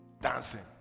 dancing